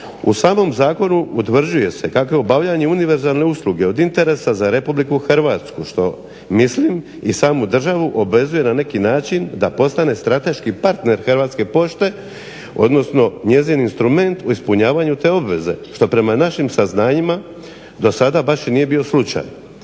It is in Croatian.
U samom zakonu utvrđuje se kako je obavljanje univerzalne usluge od interesa za RH što mislim i samu državu obvezuje na neki način da postane strateški partner Hrvatske pošte, odnosno njezin instrument u ispunjavanju te obveze što prema našim saznanjima dosada baš i nije bio slučaj.